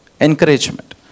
encouragement